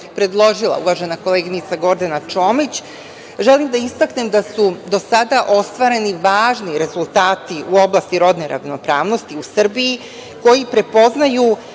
predložila uvažena koleginica Gordana Čomić, želim da istaknem da su do sada ostvareni važni rezultati u oblasti rodne ravnopravnosti u Srbiji koji se prepoznaju